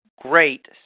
great